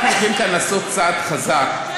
אנחנו הולכים כאן לעשות צעד חזק,